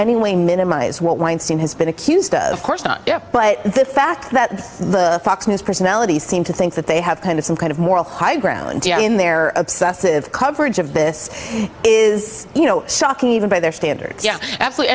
any way minimize what weinstein has been accused of course not but the fact that fox news personalities seem to think that they have kind of some kind of moral high ground in their obsessive coverage of this is you know shocking even by their standards yeah absolutely